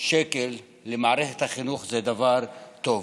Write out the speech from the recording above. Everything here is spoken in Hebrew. שקל למערכת החינוך זה דבר טוב,